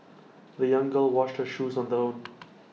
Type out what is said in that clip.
the young girl washed her shoes on her own